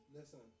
Listen